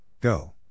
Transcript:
Go